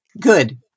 Good